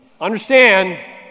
understand